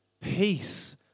peace